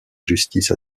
justice